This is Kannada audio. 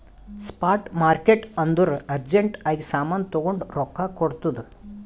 ಸ್ಪಾಟ್ ಮಾರ್ಕೆಟ್ ಅಂದುರ್ ಅರ್ಜೆಂಟ್ ಆಗಿ ಸಾಮಾನ್ ತಗೊಂಡು ರೊಕ್ಕಾ ಕೊಡ್ತುದ್